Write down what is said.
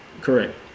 Correct